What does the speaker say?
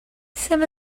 some